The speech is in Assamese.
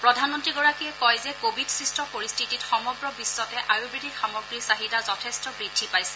প্ৰধানমন্ত্ৰীগৰাকীয়ে কয় যে কভিডসৃষ্ট পৰিস্থিতিত সমগ্ৰ বিশ্বতে আয়ুবেদিক সামগ্ৰীৰ চাহিদা যথেষ্ট বৃদ্ধি পাইছে